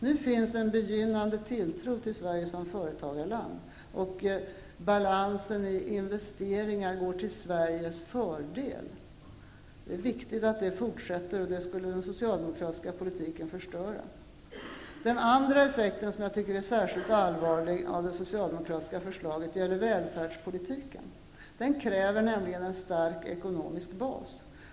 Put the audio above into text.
Nu finns en begynnande tilltro till Sverige som företagarland. Balansen i investeringar är till Sveriges fördel. Det är viktigt att det fortsätter. Det skulle den socialdemokratiska politiken förstöra. Den andra effekt av det socialdemokratiska förslaget som jag tycker är särskilt allvarlig gäller välfärdspolitiken. Den kräver nämligen en stark ekonomisk bas.